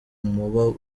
umuba